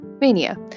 mania